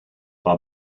par